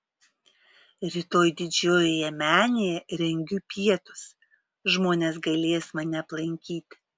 rytoj didžiojoje menėje rengiu pietus žmonės galės mane aplankyti